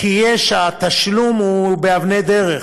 כי התשלום הוא באבני דרך,